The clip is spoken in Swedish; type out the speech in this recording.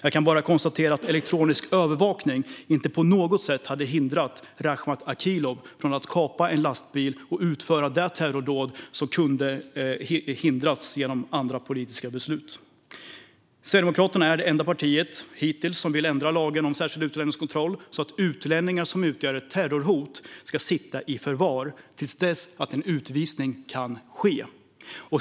Jag kan bara konstatera att elektronisk övervakning inte på något sätt hade hindrat Rakhmat Akilov från att kapa en lastbil och utföra det terrordåd som kunde ha hindrats med hjälp av andra politiska beslut. Sverigedemokraterna är hittills det enda partiet som vill ändra lagen om särskild utlänningskontroll så att utlänningar som utgör ett terrorhot ska sitta i förvar till dess att en utvisning kan ske.